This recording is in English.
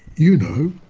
you know,